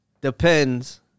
Depends